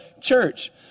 church